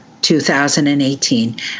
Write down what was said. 2018